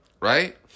Right